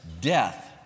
death